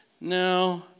No